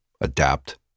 adapt